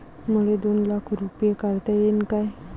मले दोन लाख रूपे काढता येईन काय?